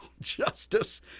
Justice